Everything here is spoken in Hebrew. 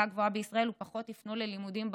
גבוהה בישראל ופחות יפנו ללימודים בחוץ,